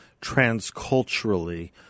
transculturally